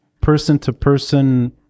person-to-person